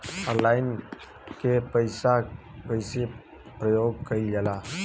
Online के कइसे प्रयोग कइल जाला?